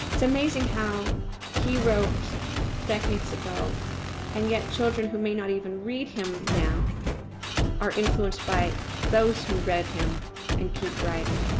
it's amazing how he wrote decades ago and yet children who may not even read him now are influenced by those who read him and keep writing.